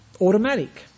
automatic